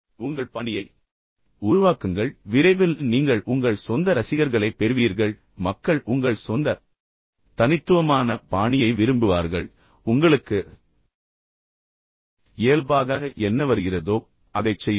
எனவே உங்கள் பாணியை உருவாக்குங்கள் பின்னர் என்ன இருக்கும் என்றால் விரைவில் நீங்கள் உங்கள் சொந்த ரசிகர்களைப் பெறுவீர்கள் மக்கள் உங்கள் சொந்த தனித்துவமான பாணியை விரும்புவார்கள் ஆரம்பத்தில் நான் இதைச் செய்ய முடியும் என்று நினைத்தால் நீங்கள் சற்று சங்கடப்படுவீர்கள் ஆனால் உங்களுக்கு இயல்பாக என்ன வருகிறதோ அதைச் செய்யுங்கள்